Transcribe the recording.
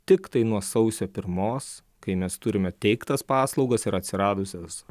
tiktai nuo sausio pirmos kai mes turime teiktas paslaugas ir atsiradusias